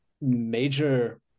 major